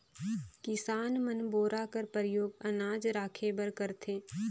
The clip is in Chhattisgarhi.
किसान मन बोरा कर परियोग अनाज राखे बर करथे